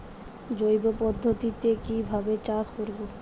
জৈব পদ্ধতিতে কিভাবে চাষ করব?